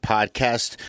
Podcast